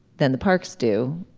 than the parks do.